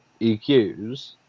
EQs